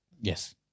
Yes